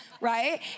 right